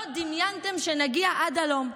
לא דמיינתם שנגיע עד הלום.